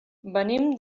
venim